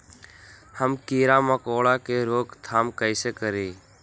हम किरा मकोरा के रोक थाम कईसे करी?